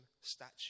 statue